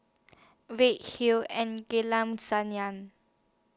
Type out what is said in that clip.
Hull and Sayang